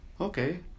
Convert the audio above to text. okay